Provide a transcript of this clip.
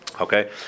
okay